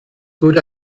wurde